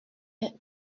est